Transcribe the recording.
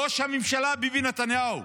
ראש הממשלה ביבי נתניהו,